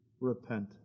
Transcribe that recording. Repent